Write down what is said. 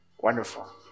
Wonderful